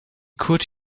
could